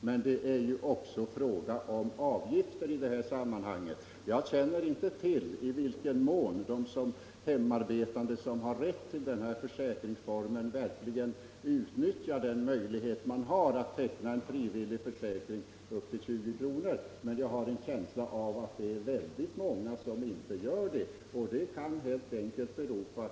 Men det är också fråga om avgifter i detta sammanhang. Jag känner inte till i vilken mån de hemmaarbetande som har rätt till denna försäkringsform verkligen utnyttjar möjligheten att teckna en frivillig försäkring upp till 20 kr., men jag har en känsla av att väldigt många inte gör det.